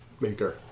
maker